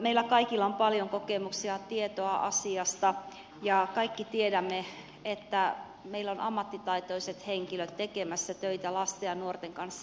meillä kaikilla on paljon kokemuksia tietoa asiasta ja kaikki tiedämme että meillä on ammattitaitoiset henkilöt tekemässä töitä lasten ja nuorten kanssa